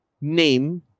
name